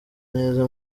neza